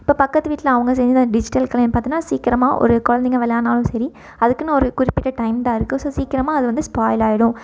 இப்போ பக்கத்து வீட்டில் அவங்க செஞ்சுருந்த டிஜிட்டல் கலைன்னு பார்த்தோனா சீக்கிரமாக ஒரு குழந்தைங்க விளையாட்னாலும் சரி அதுக்கென்னு ஒரு குறிப்பிட்ட டைம் தான் இருக்குது ஸோ சீக்ககரமா அது வந்து ஸ்பாயில் ஆகிடும்